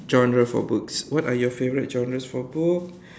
genre for books what are your favourite genres for book